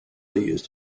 used